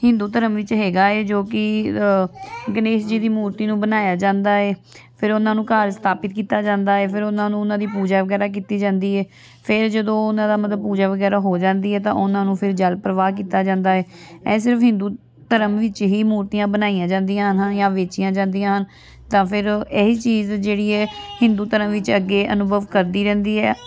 ਹਿੰਦੂ ਧਰਮ ਵਿੱਚ ਹੈਗਾ ਹੈ ਜੋ ਕਿ ਗਣੇਸ਼ ਜੀ ਦੀ ਮੂਰਤੀ ਨੂੰ ਬਣਾਇਆ ਜਾਂਦਾ ਹੈ ਫਿਰ ਉਹਨਾਂ ਨੂੰ ਘਰ ਸਥਾਪਿਤ ਕੀਤਾ ਜਾਂਦਾ ਹੈ ਫਿਰ ਉਹਨਾਂ ਨੂੰ ਉਹਨਾਂ ਦੀ ਪੂਜਾ ਵਗੈਰਾ ਕੀਤੀ ਜਾਂਦੀ ਹੈ ਫਿਰ ਜਦੋਂ ਉਹਨਾਂ ਦਾ ਮਤਲਬ ਪੂਜਾ ਵਗੈਰਾ ਹੋ ਜਾਂਦੀ ਹੈ ਤਾਂ ਉਹਨਾਂ ਨੂੰ ਫਿਰ ਜਲ ਪ੍ਰਵਾਹ ਕੀਤਾ ਜਾਂਦਾ ਹੈ ਇਹ ਸਿਰਫ ਹਿੰਦੂ ਧਰਮ ਵਿੱਚ ਹੀ ਮੂਰਤੀਆਂ ਬਣਾਈਆਂ ਜਾਂਦੀਆਂ ਹਨ ਜਾਂ ਵੇਚੀਆਂ ਜਾਂਦੀਆਂ ਹਨ ਤਾਂ ਫਿਰ ਇਹੀ ਚੀਜ਼ ਜਿਹੜੀ ਹੈ ਹਿੰਦੂ ਧਰਮ ਵਿੱਚ ਅੱਗੇ ਅਨੁਭਵ ਕਰਦੀ ਰਹਿੰਦੀ ਹੈ